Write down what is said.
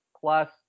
plus